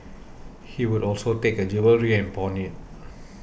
he would also take her jewellery and pawn it